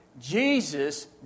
Jesus